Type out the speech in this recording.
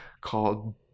called